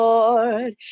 Lord